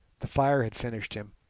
the fire had finished him,